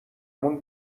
مون